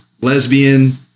lesbian